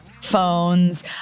phones